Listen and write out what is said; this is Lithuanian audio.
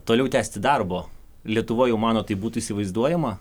toliau tęsti darbo lietuvoj jau manot tai būtų įsivaizduojama